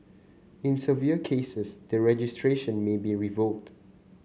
in severe cases the registration may be revoked